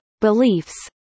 beliefs